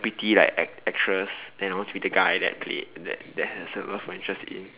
pretty like act~ actress and I want to be the guy that played in that that handsome skin